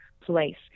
place